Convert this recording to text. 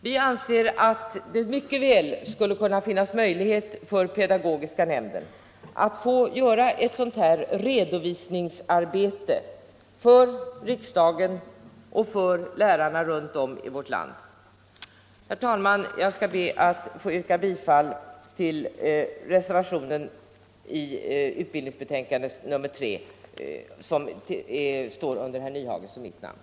Vi anser att det mycket väl skulle kunna finnas möjlighet för pedagogiska nämnden att göra ett sådant här redovisningsarbete för riksdagen och för lärarna runt om i vårt land. Herr talman! Jag skall be att få yrka bifall till reservationen 3, som står under herr Nyhages och mitt namn.